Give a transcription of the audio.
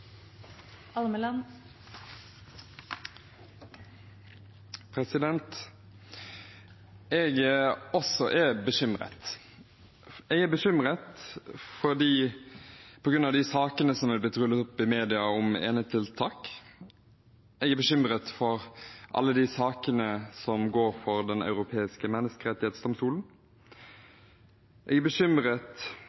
i Stortinget. Jeg er også bekymret. Jeg er bekymret på grunn av de sakene som er blitt rullet opp i media om enetiltak, jeg er bekymret over alle de sakene som går for Den europeiske